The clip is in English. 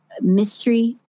mystery